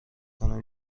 کنم